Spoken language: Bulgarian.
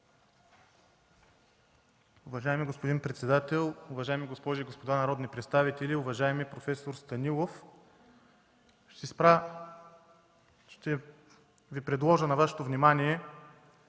Уважаеми господин председател, уважаеми госпожи и господа народни представители! Уважаеми професор Станилов, ще предложа на Вашето внимание